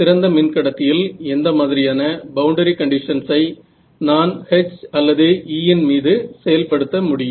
சிறந்த மின் கடைசியில் எந்த மாதிரியான பவுண்டரி கண்டிஷன்ஸ் ஐ நான் H அல்லது E இன் மீது செயல்படுத்த முடியும்